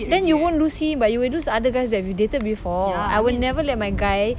then you won't lose him but you will lose other guys that you've dated before I would never let my guy